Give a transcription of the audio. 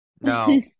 No